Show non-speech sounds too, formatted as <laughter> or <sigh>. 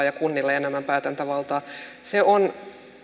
<unintelligible> ja kunnille enemmän päätäntävaltaa se on